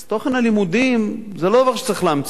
תוכן הלימודים זה לא דבר שצריך להמציא.